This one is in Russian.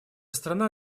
страна